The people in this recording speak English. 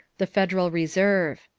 the federal reserve.